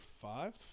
five